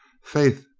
faith,